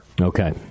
Okay